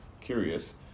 Curious